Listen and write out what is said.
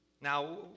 Now